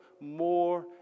more